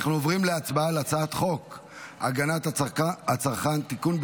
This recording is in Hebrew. אנחנו עוברים להצבעה על הצעת חוק הגנת הצרכן (תיקון,